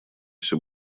все